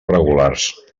regulars